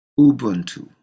Ubuntu